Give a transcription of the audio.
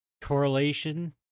Correlation